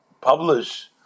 publish